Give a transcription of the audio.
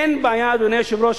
אדוני היושב-ראש,